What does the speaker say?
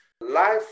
life